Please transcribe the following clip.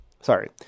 sorry